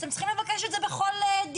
אז אתם צריכים לבקש את זה בכל דירה.